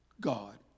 God